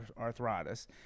arthritis